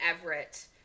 Everett